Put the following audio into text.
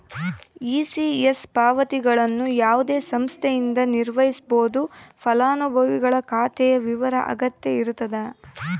ECS ಪಾವತಿಗಳನ್ನು ಯಾವುದೇ ಸಂಸ್ಥೆಯಿಂದ ನಿರ್ವಹಿಸ್ಬೋದು ಫಲಾನುಭವಿಗಳ ಖಾತೆಯ ವಿವರ ಅಗತ್ಯ ಇರತದ